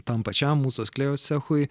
tam pačiam mūzos klėjos cechui